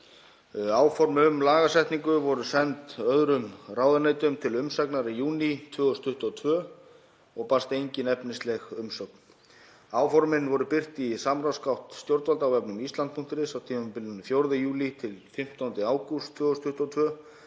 Áform um lagasetningu voru send öðrum ráðuneytum til umsagnar í júní 2022 og barst engin efnisleg umsögn. Áformin voru birt í samráðsgátt stjórnvalda á vefnum Ísland.is á tímabilinu 4. júlí til 15. ágúst 2022,